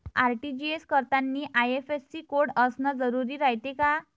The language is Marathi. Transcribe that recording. आर.टी.जी.एस करतांनी आय.एफ.एस.सी कोड असन जरुरी रायते का?